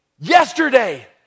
Yesterday